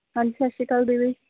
ਹਾਂਜੀ ਸਤਿ ਸ੍ਰੀ ਅਕਾਲ ਦੀਦੀ